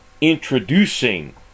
introducing